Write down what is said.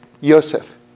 Yosef